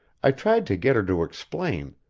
i tried to get her to explain,